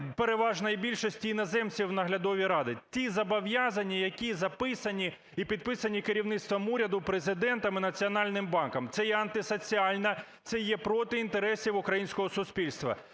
переважної більшості іноземців в наглядові ради? Ті зобов'язання, які записані і підписані керівництвом уряду, Президентом і Національним банком, - це є антисоціально, це є проти інтересів українського суспільства.